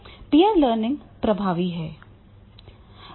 peer learning प्रभावी है